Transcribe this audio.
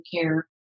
care